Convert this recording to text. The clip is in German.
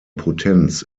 potenz